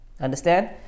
understand